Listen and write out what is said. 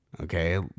Okay